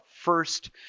first